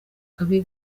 kabi